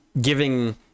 giving